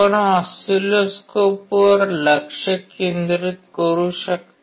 आपण ऑसिलोस्कोपवर लक्ष केंद्रित करू शकता